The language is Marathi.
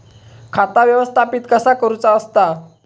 खाता व्यवस्थापित कसा करुचा असता?